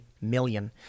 million